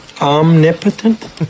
Omnipotent